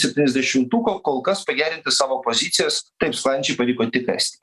septyniasdešimtuko kol kas pagerinti savo pozicijas taip sklandžiai pavyko tik estijai